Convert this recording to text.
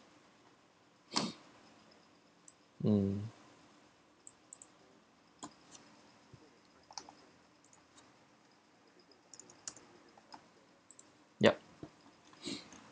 mm yup